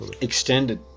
extended